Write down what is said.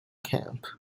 camp